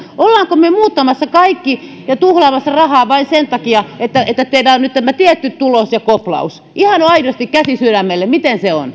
olemmeko me muuttamassa kaikki ja tuhlaamassa rahaa vain sen takia että että tehdään nyt tämä tietty tulos ja koplaus ihan aidosti käsi sydämelle miten se on